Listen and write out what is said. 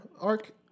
arc